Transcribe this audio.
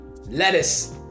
lettuce